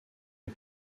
les